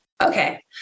okay